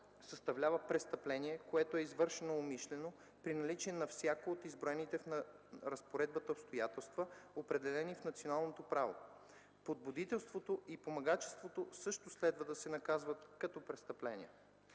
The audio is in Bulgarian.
съставлява престъпление, когато е извършено умишлено, при наличие на всяко от изброените в разпоредбата обстоятелства, определени в националното право. Подбудителството и помагачеството също следва да се наказват като престъпления.